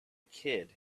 kid